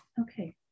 Okay